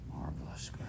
Marvelous